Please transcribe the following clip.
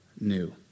new